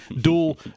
Dual